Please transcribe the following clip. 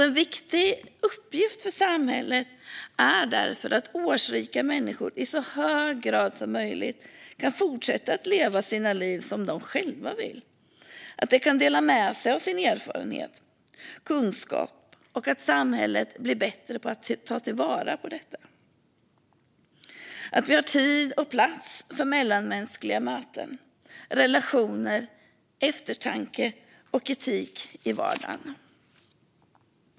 En viktig uppgift för samhället är därför att se till att årsrika människor i så hög grad som möjligt kan fortsätta att leva sina liv som de själva vill och att de kan dela med sig av sin erfarenhet och kunskap. Det är viktigt att samhället blir bättre på att ta vara på detta. Det handlar om att det finns tid och plats för mellanmänskliga möten, relationer, eftertanke och etik i vardagen.